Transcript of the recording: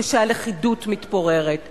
כשהלכידות מתפוררת ומתרסקת,